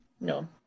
no